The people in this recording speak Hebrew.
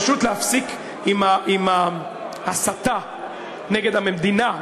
פשוט להפסיק עם ההסתה נגד המדינה,